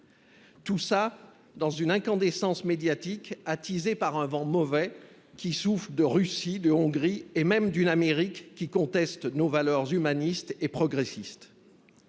produit dans une incandescence médiatique attisée par un vent mauvais, qui souffle de Russie, de Hongrie et même d’une Amérique qui conteste nos valeurs humanistes et progressistes.